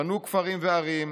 בנו כפרים וערים,